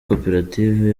koperative